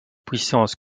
puissance